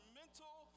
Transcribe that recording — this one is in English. mental